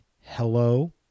hello